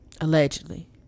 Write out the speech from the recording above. Allegedly